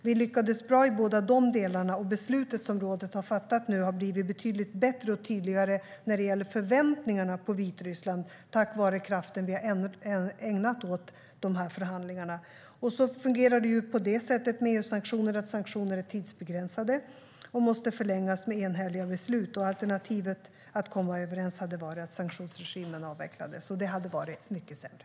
Vi lyckades bra i båda dessa delar, och beslutet som rådet nu har fattat har blivit betydligt bättre och tydligare när det gäller förväntningarna på Vitryssland, tack vare den kraft vi har ägnat åt de här förhandlingarna. Med sanktioner fungerar det så att de är tidsbegränsade och måste förlängas genom enhälliga beslut. Alternativet till att komma överens hade varit att sanktionsregimen avvecklades, och det hade varit mycket sämre.